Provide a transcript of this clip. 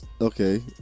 okay